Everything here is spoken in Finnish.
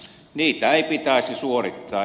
niitä ei pitäisi suorittaa